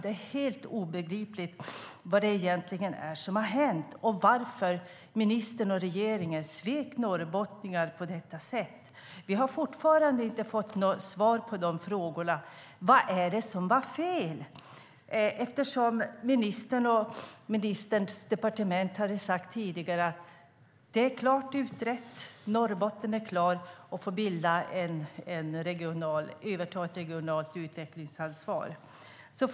Det är helt obegripligt vad som har hänt och varför ministern och regeringen svek norrbottningarna på detta sätt. Vi har fortfarande inte fått några svar på de frågorna. Vad var det som var fel? Ministern och hans departement hade tidigare sagt att det var utrett och att Norrbotten var klart att få överta ett regionalt utvecklingsansvar.